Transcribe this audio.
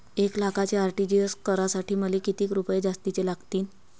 एक लाखाचे आर.टी.जी.एस करासाठी मले कितीक रुपये जास्तीचे लागतीनं?